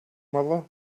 mother